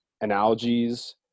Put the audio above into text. analogies